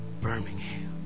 Birmingham